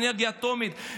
אנרגיה אטומית.